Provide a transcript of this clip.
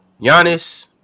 Giannis